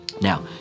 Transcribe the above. Now